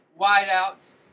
wideouts